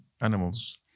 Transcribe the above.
animals